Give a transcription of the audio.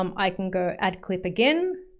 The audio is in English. um i can go add clip again.